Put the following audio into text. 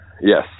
yes